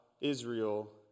Israel